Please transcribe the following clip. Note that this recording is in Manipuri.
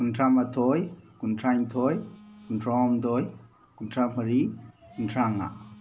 ꯀꯨꯟꯊ꯭ꯔꯥ ꯃꯥꯊꯣꯏ ꯀꯨꯟꯊ꯭ꯔꯥ ꯅꯤꯊꯣꯏ ꯀꯨꯟꯊ꯭ꯔꯥ ꯍꯨꯝꯗꯣꯏ ꯀꯨꯟꯊ꯭ꯔꯥ ꯃꯔꯤ ꯀꯨꯟꯊ꯭ꯔꯥ ꯃꯉꯥ